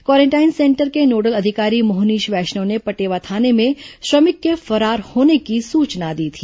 quarantine centre के nodal अधिकारी मोहनीश वैष्णव ने पटेवा थाने में श्रमिक के फरार होने की सूचना दी थी